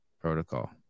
protocol